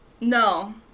no